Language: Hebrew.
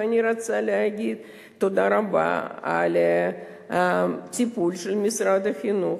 ואני רוצה להגיד תודה רבה על הטיפול של משרד החינוך.